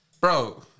Bro